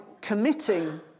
committing